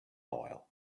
oil